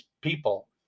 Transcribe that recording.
people